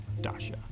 dasha